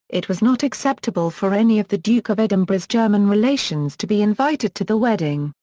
it was not acceptable for any of the duke of edinburgh's german relations to be invited to the wedding,